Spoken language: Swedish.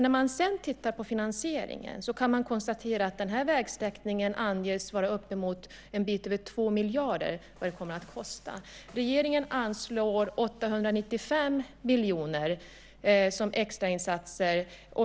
När man sedan tittar på finansieringen kan man konstatera att kostnaderna för denna vägsträckning anges till en bit över 2 miljarder. Regeringen anslår 895 miljoner som extrainsatser.